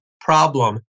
problem